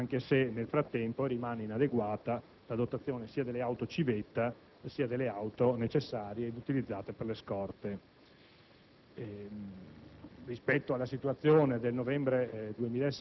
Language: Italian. Di questo prendiamo atto, anche se nel frattempo rimane inadeguata la dotazione sia delle auto civetta, sia delle auto utilizzate per le scorte.